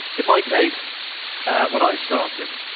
in my case when i started,